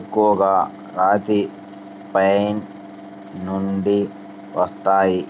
ఎక్కువగా రాతి పైన్ నుండి వచ్చాయి